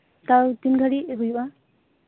ᱛᱟᱣ ᱛᱤᱱ ᱜᱷᱟᱲᱤᱡ ᱦᱩᱭᱩᱜᱼᱟ